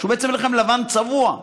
שהוא בעצם לחם לבן צבוע.